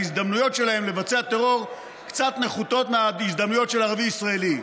ההזדמנויות שלהם לבצע טרור קצת נחותות מההזדמנויות של ערבי ישראלי.